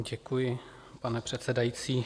Děkuji, pane předsedající.